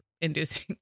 inducing